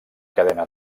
cadena